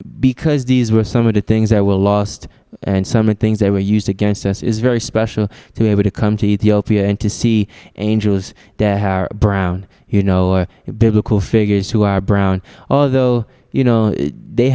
because these were some of the things that will last and some of things they were used against us is very special to be able to come to ethiopia and to see angels they're brown you know or biblical figures who are brown although you know they